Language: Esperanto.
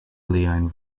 liajn